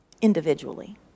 Individually